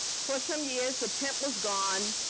for some years, the pimp was gone,